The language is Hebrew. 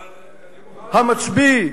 המצביא,